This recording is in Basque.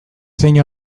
zein